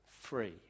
free